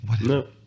No